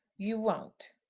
you won't?